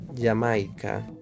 Jamaica